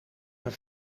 een